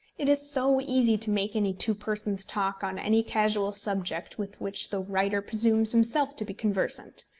it is so easy to make any two persons talk on any casual subject with which the writer presumes himself to be conversant!